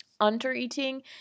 Undereating